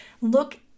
look